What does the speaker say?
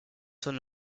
son